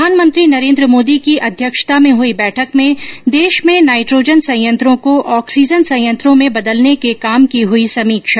प्रधानमंत्री नरेन्द्र मोदी की अध्यक्षता में हुई बैठक में देश में नाइट्रोजन संयत्रों को ऑक्सीजन संयत्रों में बदलने के काम की हुई समीक्षा